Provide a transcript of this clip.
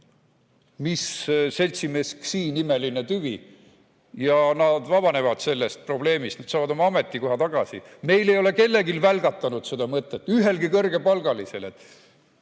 mis seltsimees Ksii nimeline tüvi. Ja nad vabanevad sellest probleemist, nad saavad oma ametikoha tagasi. Neil ei ole kellelgi välgatanud seda mõtet, ühelgi kõrgepalgalisel,